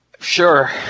Sure